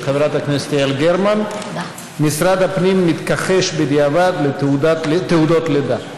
של חברת הכנסת יעל גרמן: משרד הפנים מתכחש בדיעבד לתעודות לידה.